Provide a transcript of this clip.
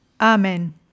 Amen